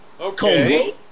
Okay